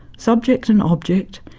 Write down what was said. subject and object,